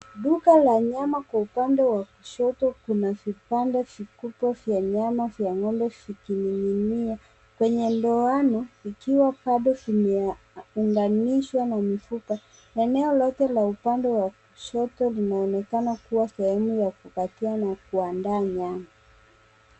Duka la nyama kwa upande wa kushoto kuna vipande vikubwa vya nyama vya ng'ombe vikingi'ngi'nia. Kwenye ndoano vikiwa bado vimeunganishwa na mifupa. Eneo lote la upande wa kushoto linaonekana kuwa sehemu ya kukatia na kuandaa nyama.